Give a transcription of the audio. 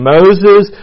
Moses